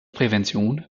prävention